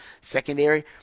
secondary